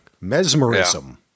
mesmerism